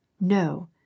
No